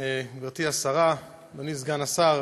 גברתי השרה, אדוני סגן השר,